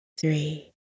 three